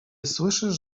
słyszysz